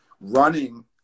Running